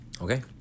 Okay